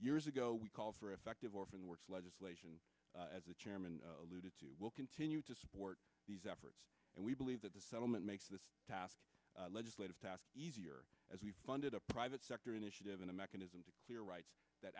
years ago we call for effective orphan works legislation as the chairman alluded to will continue to support these efforts and we believe that the settlement makes this task legislative task easier as we funded a private sector initiative and a mechanism to clear rights that